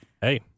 hey